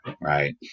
right